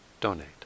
donate